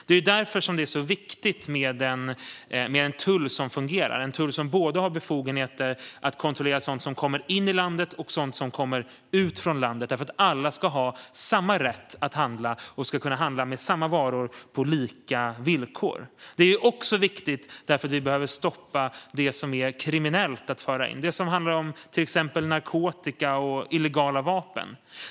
Det är därför som det är så viktigt med en tull som fungerar, en tull som både har befogenheter att kontrollera sådant som kommer in i landet och sådant som lämnar landet. Alla ska nämligen ha samma rätt att handla, och ska kunna handla, med samma varor på lika villkor. Det är också viktigt eftersom att vi behöver stoppa det som är kriminellt att föra in, till exempel narkotika och illegala vapen.